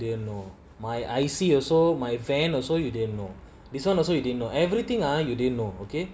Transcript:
all the site loading bay also you didn't know my I_C also my van also you didn't know this [one] also you didn't know everything ah you didn't know okay